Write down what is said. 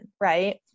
right